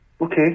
okay